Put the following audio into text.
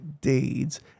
deeds